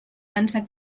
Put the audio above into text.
dansa